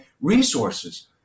resources